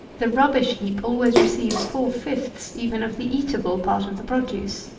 the rubbish heap always receives four-fifths even of the eatable part of the produce.